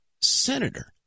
senator